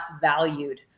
valued